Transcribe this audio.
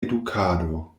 edukado